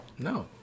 No